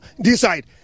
decide